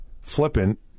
flippant